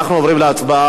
אנחנו עוברים להצבעה.